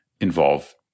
involve